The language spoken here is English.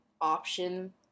option